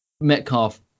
Metcalf